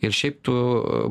ir šiaip tu